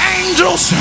angels